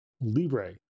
Libre